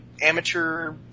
amateur